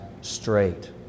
straight